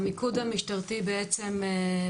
אני אעיר הערת אגב,